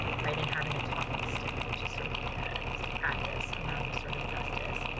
right? and having a talking stick which is sort of just a practice around restorative justice.